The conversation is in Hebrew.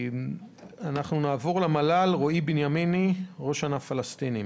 נעבור למל"ל: רועי בנימיני, ראש ענף פלסטינים.